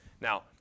Now